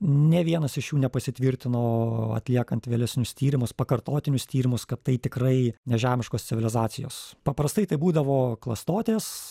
nė vienas iš jų nepasitvirtino atliekant vėlesnius tyrimus pakartotinius tyrimus kad tai tikrai nežemiškos civilizacijos paprastai tai būdavo klastotės